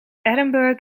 edinburg